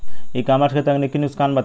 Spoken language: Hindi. ई कॉमर्स के तकनीकी नुकसान बताएं?